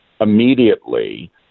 immediately